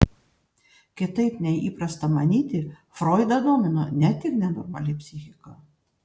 kitaip nei įprasta manyti froidą domino ne tik nenormali psichika